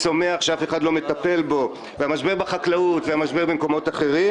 מערכת הבריאות הקורסת.